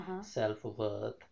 self-worth